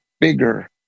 bigger